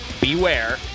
beware